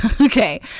Okay